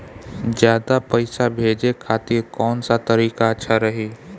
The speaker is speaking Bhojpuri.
ज्यादा पईसा भेजे खातिर कौन सा तरीका अच्छा रही?